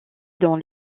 dans